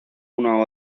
uno